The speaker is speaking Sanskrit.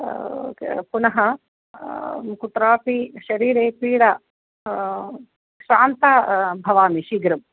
पुणः कुत्रापि शरीरे पीडा श्रान्ता भवामि शीग्रम्